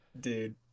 Dude